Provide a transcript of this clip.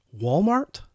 Walmart